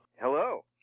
Hello